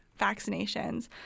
vaccinations